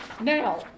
Now